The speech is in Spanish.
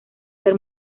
ser